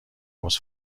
حوض